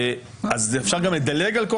אז אפשר גם לדלג?